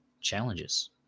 challenges